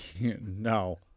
No